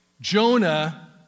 Jonah